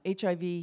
HIV